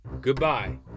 Goodbye